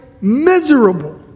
miserable